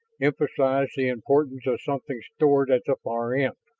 emphasized the importance of something stored at the far end,